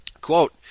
Quote